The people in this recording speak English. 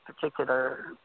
particular